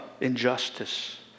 injustice